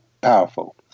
powerful